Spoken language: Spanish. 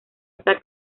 está